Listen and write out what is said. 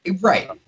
right